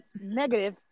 negative